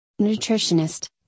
nutritionist